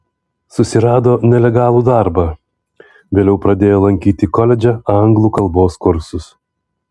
susirado nelegalų darbą vėliau pradėjo lankyti koledže anglų kalbos kursus